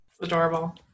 adorable